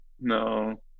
No